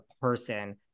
person